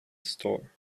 store